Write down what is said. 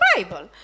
Bible